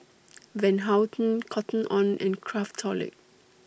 Van Houten Cotton on and Craftholic